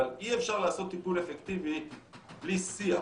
אבל אי אפשר לעשות טיפול אפקטיבי בלי שיח.